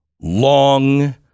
long